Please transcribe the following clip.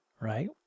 right